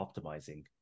optimizing